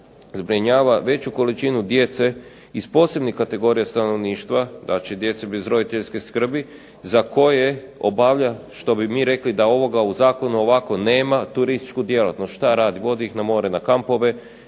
zbrinjava veću količinu djece iz posebnih kategorija stanovništva, znači djece bez roditeljske skrbi za koje obavlja što bi mi rekli da ovoga u zakonu ovako nema, turističku djelatnost. Šta radi, vodi ih na more na kampove